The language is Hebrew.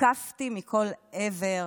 הותקפתי מכל עבר.